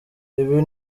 ibi